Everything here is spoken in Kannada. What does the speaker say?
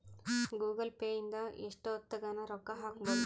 ಗೂಗಲ್ ಪೇ ಇಂದ ಎಷ್ಟೋತ್ತಗನ ರೊಕ್ಕ ಹಕ್ಬೊದು